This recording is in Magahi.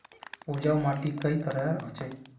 उपजाऊ माटी कई तरहेर होचए?